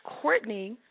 Courtney